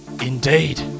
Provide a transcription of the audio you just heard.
Indeed